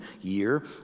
year